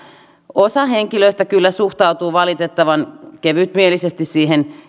osa henkilöistä kyllä suhtautuu valitettavan kevytmielisesti